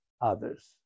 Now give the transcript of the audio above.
others